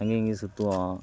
அங்கேயும் இங்கேயும் சுற்றுவோம்